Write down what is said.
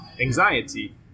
anxiety